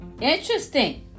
Interesting